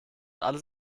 alles